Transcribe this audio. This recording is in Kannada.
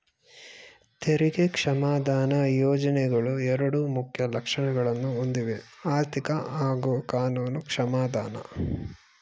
ತೆರಿಗೆ ಕ್ಷಮಾದಾನ ಯೋಜ್ನೆಗಳು ಎರಡು ಮುಖ್ಯ ಲಕ್ಷಣಗಳನ್ನ ಹೊಂದಿವೆಆರ್ಥಿಕ ಹಾಗೂ ಕಾನೂನು ಕ್ಷಮಾದಾನ